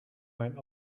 mijn